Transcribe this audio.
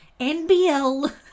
NBL